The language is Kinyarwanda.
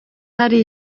hari